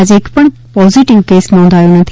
આજે એક પણ પોઝીટીવ કેસ નોધાયો નથી